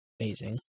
amazing